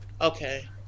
Okay